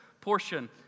portion